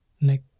neck